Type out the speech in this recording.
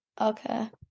Okay